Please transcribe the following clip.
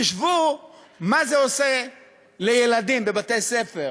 חשבו מה זה עושה לילדים בבתי-ספר